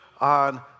on